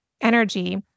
energy